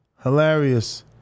Hilarious